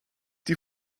die